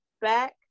back